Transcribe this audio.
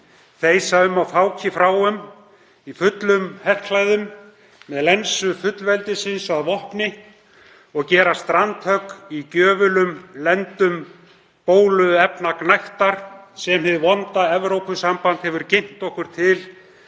þeysa um á fáki fráum í fullum herklæðum, með lensu fullveldisins að vopni og gera strandhögg í gjöfulum lendum bóluefnagnægtar, sem hið vonda Evrópusamband hafi ginnt okkur til